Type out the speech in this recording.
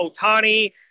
Otani